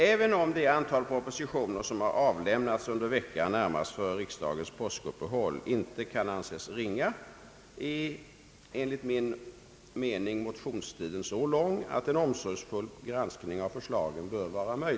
Även om det antal propositioner som har avlämnats under veckan närmast före riksdagens påskuppehåll inte kan anses ringa, är enligt min mening mo tionstiden så lång, att en omsorgsfull granskning av förslagen bör vara möj